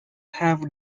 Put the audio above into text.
have